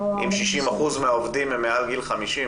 47. אם 60% מהעובדים הם מעל גיל 50,